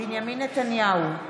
בנימין נתניהו,